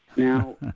now